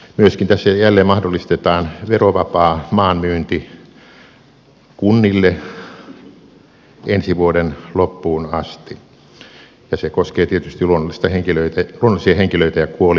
myöskin tässä jälleen mahdollistetaan verovapaa maan myynti kunnille ensi vuoden loppuun asti ja se koskee tietysti luonnollisia henkilöitä ja kuolinpesiä